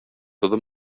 todo